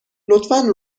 لطفا